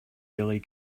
really